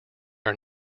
are